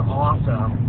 awesome